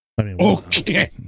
Okay